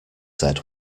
said